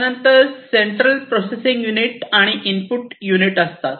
त्यानंतर central processing unit आणि input unit असतात